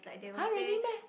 !huh! really meh